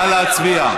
נא להצביע.